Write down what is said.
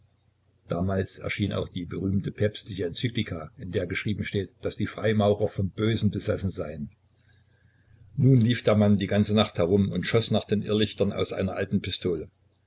damals erschien auch die berühmte päpstliche enzyklika in der geschrieben steht daß die freimaurer vom bösen besessen seien nun lief der mann die ganze nacht herum und schoß nach den irrlichtern aus einer alten pistole